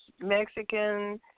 Mexican